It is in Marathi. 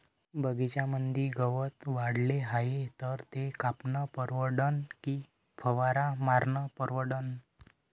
बगीच्यामंदी गवत वाढले हाये तर ते कापनं परवडन की फवारा मारनं परवडन?